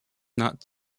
not